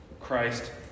Christ